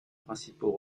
principaux